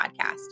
podcast